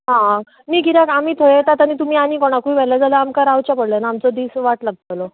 आं न्हय कित्याक आमी थंय येता तरी तुमी आनी कोणाकूय व्हेलें जाल्यार आमकां जाल्यार रावचें पडलें ना आमचो दीस वाट लागतलो